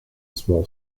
small